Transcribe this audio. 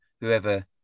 whoever